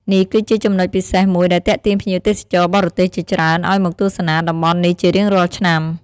នេះគឺជាចំណុចពិសេសមួយដែលទាក់ទាញភ្ញៀវទេសចរណ៍បរទេសជាច្រើនឲ្យមកទស្សនាតំបន់នេះជារៀងរាល់ឆ្នាំ។